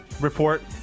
report